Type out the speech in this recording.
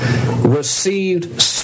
received